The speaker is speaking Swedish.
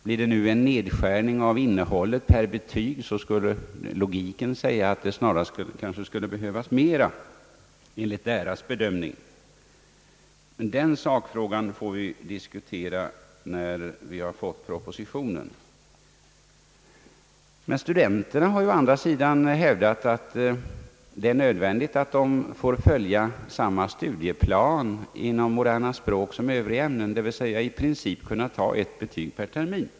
Blir det nu en nedskärning av innehållet per betyg skulle det logiskt sett snarast behövas flera betyg, enligt deras bedömning. Den sakfrågan får vi diskutera när vi har fått propositionen. Studenterna å andra sidan har hävdat, att det är nödvändigt att de får följa samma studieplan inom moderna språk som inom Övriga ämnen, d. v. s. i princip kunna ta ett betyg per ter min.